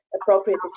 appropriate